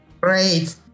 Great